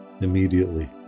immediately